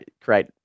create